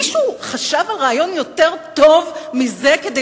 מישהו חשב על רעיון יותר טוב מזה כדי